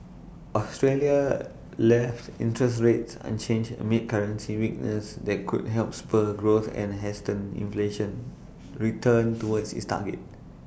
Australia left interest rates unchanged amid currency weakness that could help spur growth and hasten inflation's return towards its target